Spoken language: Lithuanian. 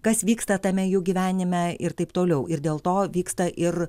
kas vyksta tame jų gyvenime ir taip toliau ir dėl to vyksta ir